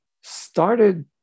started